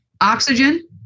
Oxygen